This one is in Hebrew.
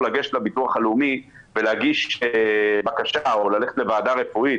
לגשת לביטוח הלאומי וללכת לוועדה רפואית,